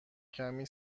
کمی